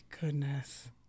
goodness